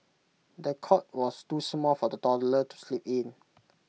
the cot was too small for the toddler to sleep in